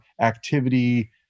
activity